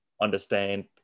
Understand